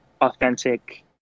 authentic